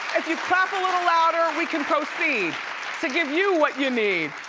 if you clap a little louder, we can proceed to give you what you need.